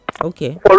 okay